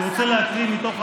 חבר הכנסת קריב, תודה רבה.